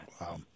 Wow